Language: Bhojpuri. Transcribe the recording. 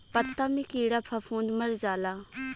पत्ता मे कीड़ा फफूंद मर जाला